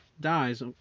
dies